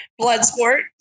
Bloodsport